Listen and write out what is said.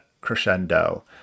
Crescendo